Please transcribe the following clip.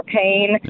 pain